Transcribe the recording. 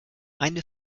eine